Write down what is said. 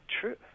true